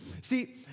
See